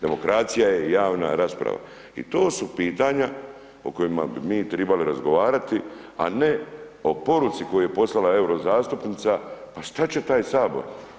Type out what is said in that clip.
Demokracija je javna rasprava i to su pitanja o kojima bi mi trebali razgovarati, a ne o poruci koju je poslala euro zastupnica, pa šta će taj Sabor?